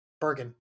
Bergen